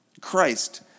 Christ